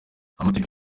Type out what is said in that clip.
amateka